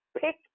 pick